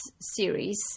series